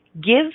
give